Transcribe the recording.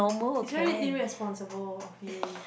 it's very irresponsible of you